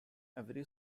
every